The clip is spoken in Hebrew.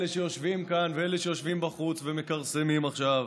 אלה שיושבים כאן ואלה שיושבים בחוץ ומכרסמים עכשיו,